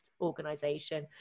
organization